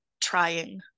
trying